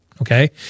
okay